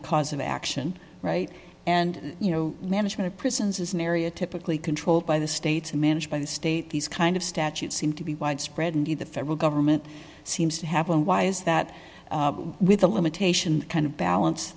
a cause of action right and you know management of prisons is an area typically controlled by the states and managed by the state these kind of statutes seem to be widespread indeed the federal government seems to have one why is that with the limitation kind of balance